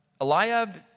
Eliab